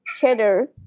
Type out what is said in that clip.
cheddar